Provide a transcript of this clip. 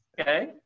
Okay